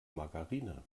margarine